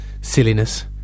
silliness